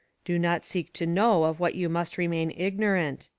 do not seek to know of what you must remain ignorant.